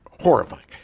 horrifying